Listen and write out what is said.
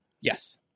Yes